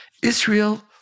Israel